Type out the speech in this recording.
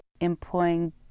employing